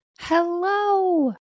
Hello